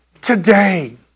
today